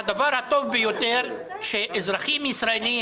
והדבר הטוב ביותר, שאזרחים ישראלים